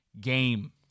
game